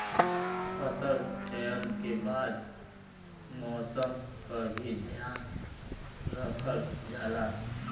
फसल चयन के बाद मौसम क भी ध्यान रखल जाला